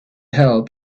help